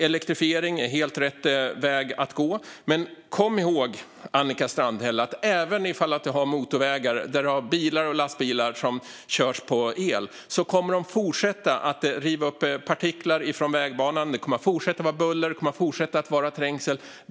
Elektrifiering är helt rätt väg att gå, men kom ihåg, Annika Strandhäll: Även om bilar och lastbilar körs på el på motorvägarna kommer de att fortsätta att riva upp partiklar från vägbanan. Det kommer att fortsätta vara buller, och det kommer att fortsätta att vara trängsel.